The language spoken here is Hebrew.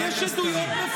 השאלה שלי היא לא שאלה